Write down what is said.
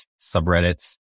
subreddits